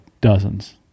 dozens